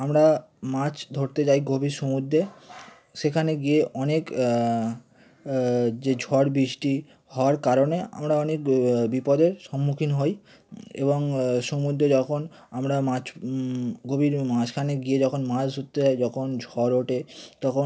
আমরা মাছ ধরতে যাই গভীর সমুদ্রে সেখানে গিয়ে অনেক যে ঝড় বৃষ্টি হওয়ার কারণে আমরা অনেক বিপদের সম্মুখীন হই এবং সমুদ্রে যখন আমরা মাছ গভীরের মাঝখানে গিয়ে যখন মাছ ধরতে যাই যখন ঝড় ওঠে তখন